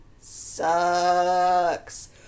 sucks